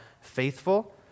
faithful